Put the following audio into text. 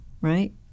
right